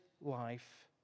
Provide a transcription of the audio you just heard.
life